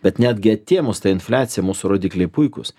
bet netgi atėmus tą infliaciją mūsų rodikliai puikūs